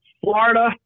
Florida